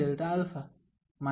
માટે આ પરિસ્થિતિમાં જોઈએ